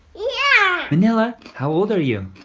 yeah! manilla, how old are you?